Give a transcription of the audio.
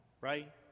right